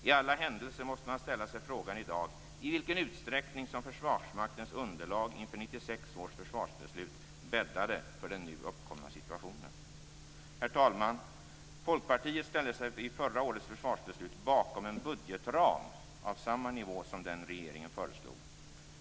I alla händelser måste man i dag ställa sig frågan i vilken utsträckning som Försvarsmaktens underlag inför 1996 års försvarsbeslut bäddade för den nu uppkomna situationen. Herr talman! Folkpartiet ställde sig vid förra årets försvarsbeslut bakom en budgetram med samma nivå som den regeringen föreslog.